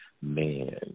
man